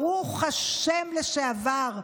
ברוך השם לשעבר,